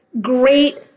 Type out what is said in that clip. great